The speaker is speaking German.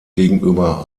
gegenüber